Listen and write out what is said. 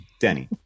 Denny